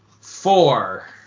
Four